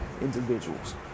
individuals